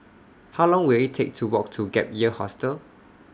How Long Will IT Take to Walk to Gap Year Hostel